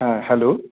হ্যাঁ হ্যালো